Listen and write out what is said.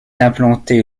implantée